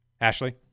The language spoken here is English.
Ashley